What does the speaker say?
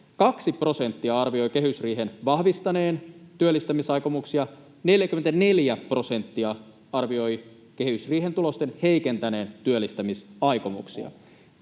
arvioi kehysriihen vahvistaneen työllistämisaikomuksia, 44 prosenttia arvioi kehysriihen tulosten heikentäneen työllistämisaikomuksia.